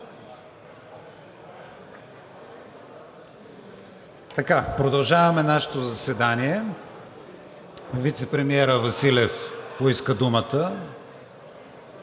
Вицепремиерът Василев поиска думата